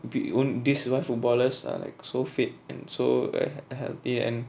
we uh this is why footballers are like so fit and so healt~ healthy and